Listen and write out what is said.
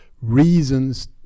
reasons